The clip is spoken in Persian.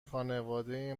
خانواده